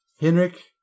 Henrik